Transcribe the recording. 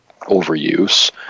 overuse